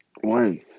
One